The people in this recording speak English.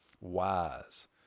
wise